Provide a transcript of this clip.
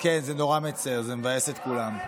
מה נעשה בלעדיו?